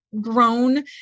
grown